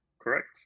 Correct